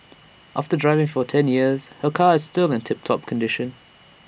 after driving for ten years her car is still in tip top condition